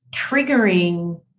triggering